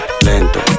lento